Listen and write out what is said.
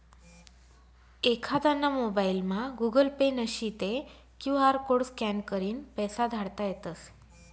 एखांदाना मोबाइलमा Google Pay नशी ते क्यु आर कोड स्कॅन करीन पैसा धाडता येतस